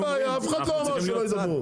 אין בעיה, אף אחד לא אמר שלא ידברו.